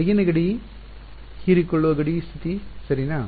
ಹೊರಗಿನ ಗಡಿ ಹೀರಿಕೊಳ್ಳುವ ಗಡಿ ಸ್ಥಿತಿ ಸರಿನಾ